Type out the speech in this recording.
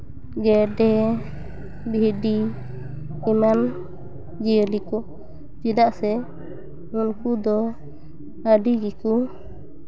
ᱜᱮᱰᱮ ᱵᱷᱤᱰᱤ ᱮᱢᱟᱱ ᱡᱤᱭᱟᱹᱞᱤ ᱠᱚ ᱪᱮᱫᱟᱜ ᱥᱮ ᱩᱱᱠᱩ ᱫᱚ ᱟᱹᱰᱤ ᱜᱮᱠᱚ